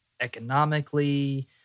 economically